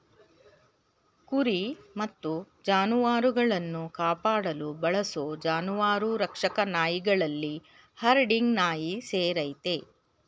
ಕುರಿ ಮತ್ತು ಜಾನುವಾರುಗಳನ್ನು ಕಾಪಾಡಲು ಬಳಸೋ ಜಾನುವಾರು ರಕ್ಷಕ ನಾಯಿಗಳಲ್ಲಿ ಹರ್ಡಿಂಗ್ ನಾಯಿ ಸೇರಯ್ತೆ